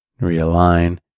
realign